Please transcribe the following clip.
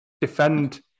defend